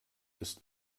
ist